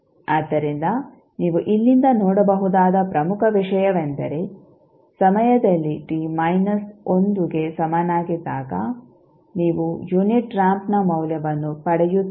ಆದ್ದರಿಂದ ನೀವು ಇಲ್ಲಿಂದ ನೋಡಬಹುದಾದ ಪ್ರಮುಖ ವಿಷಯವೆಂದರೆ ಸಮಯ t ಮೈನಸ್ 1 ಗೆ ಸಮನಾಗಿದ್ದಾಗ ನೀವು ಯುನಿಟ್ ರಾಂಪ್ನ ಮೌಲ್ಯವನ್ನು ಪಡೆಯುತ್ತೀರಿ